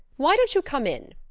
why don't you come in?